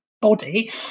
body